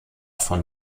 von